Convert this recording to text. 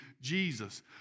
Jesus